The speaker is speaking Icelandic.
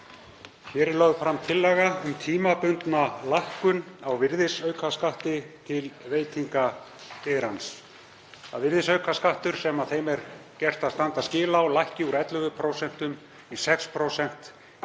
Hér er lögð fram tillaga um tímabundna lækkun á virðisaukaskatti til veitingageirans, að virðisaukaskattur sem þeim er gert að standa skil á lækki úr 11% í 6% í